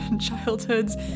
childhoods